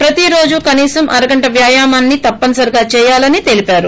ప్రతీ రోజు కనీసం అరగంట వ్యాయామాన్ని తప్పనిసరిగా చేయాలని తెలిపారు